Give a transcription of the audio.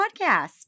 Podcast